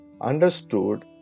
understood